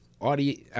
audio